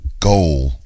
goal